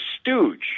stooge